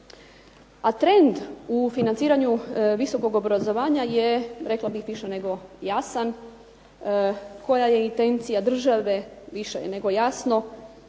A trend u financiranju visokog obrazovanja je rekla bih više nego jasan. Koja je intencija država više je nego jasno.